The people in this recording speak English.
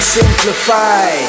simplify